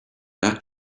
that